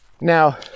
Now